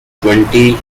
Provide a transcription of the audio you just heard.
twenty